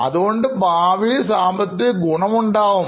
അതുകൊണ്ട് ഭാവിയിൽ സാമ്പത്തിക ഗുണം ഉണ്ടാകും